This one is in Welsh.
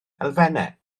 elfennau